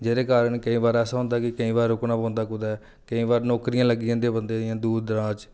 जेह्दे कारण केईं बारी ऐसा होंदा कि केईं बार रुकना पौंदा कुतै केईं बारी नौकरियां लगी जंदियां बंदे दियां दूर दराज